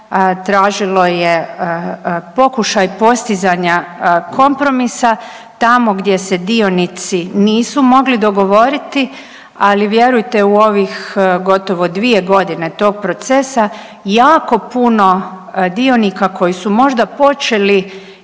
tražilo je pokušaj postizanja kompromisa tamo gdje se dionici nisu mogli dogovoriti, ali vjerujte u ovih gotovo 2 godine tog procesa, jako puno dionika koji su počeli